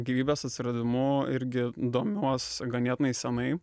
gyvybės atsiradimu irgi domiuos ganėtinai senai